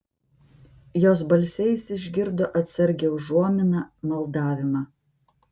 jos balse jis išgirdo atsargią užuominą maldavimą